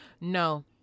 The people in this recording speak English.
No